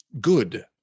good